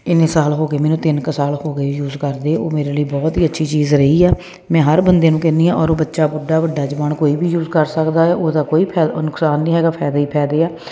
ਇਨੇ ਸਾਲ ਹੋ ਗਏ ਮੈਨੂੰ ਤਿੰਨ ਕ ਸਾਲ ਹੋ ਗਏ ਯੂਜ਼ ਕਰਦੀ ਨੂੰ ਉਹ ਮੇਰੇ ਲਈ ਬਹੁਤ ਹੀ ਅੱਛੀ ਚੀਜ਼ ਰਹੀ ਆ ਮੈਂ ਹਰ ਬੰਦੇ ਨੂੰ ਕਹਿੰਦੀ ਆ ਔਰ ਬੱਚਾ ਬੁੱਢਾ ਵੱਡਾ ਜਵਾਨ ਕੋਈ ਵੀ ਯੂਜ਼ ਕਰ ਸਕਦਾ ਉਹਦਾ ਕੋਈ ਫਾਇਦਾ ਨੁਕਸਾਨ ਨਹੀਂ ਹੈਗਾ ਫਾਇਦਾ ਹੀ ਫਾਇਦਾ ਆ